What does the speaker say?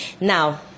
Now